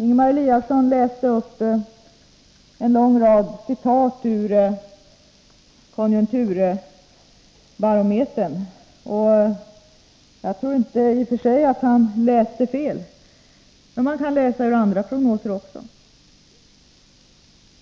Ingemar Eliasson läste upp en lång rad citat ur Konjunkturbarometern. I och för sig tror jag inte att han läste fel, men man kan också läsa andra prognoser.